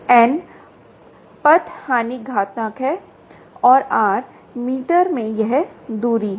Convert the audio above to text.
n पथ हानि घातांक है और r मीटर में यह दूरी है